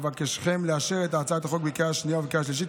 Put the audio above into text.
אבקשכם לאשר את הצעת החוק בקריאה השנייה ובקריאה השלישית.